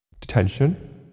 detention